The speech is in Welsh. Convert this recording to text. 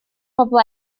bobl